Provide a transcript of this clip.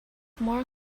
more